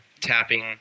tapping